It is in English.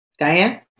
Diane